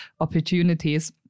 opportunities